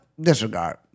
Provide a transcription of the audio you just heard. Disregard